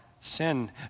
sin